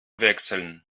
wechseln